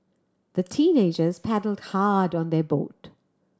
the teenagers paddled hard on their boat